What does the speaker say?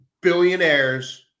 billionaires